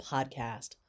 Podcast